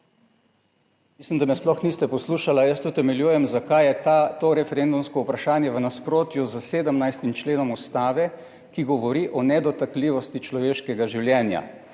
Mislim, da me sploh niste poslušali. Jaz utemeljujem zakaj je to referendumsko vprašanje v nasprotju s 17. členom Ustave, ki govori o nedotakljivosti človeškega življenja